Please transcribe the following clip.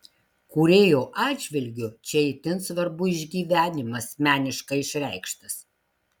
kūrėjo atžvilgiu čia itin svarbu išgyvenimas meniškai išreikštas